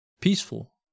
Peaceful